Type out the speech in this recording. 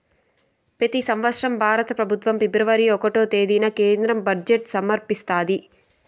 పెతి సంవత్సరం భారత పెబుత్వం ఫిబ్రవరి ఒకటో తేదీన కేంద్ర బడ్జెట్ సమర్పిస్తాది